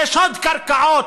זה שוד קרקעות,